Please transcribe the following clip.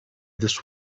this